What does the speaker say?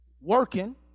working